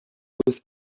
with